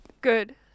Good